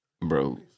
Bro